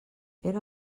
era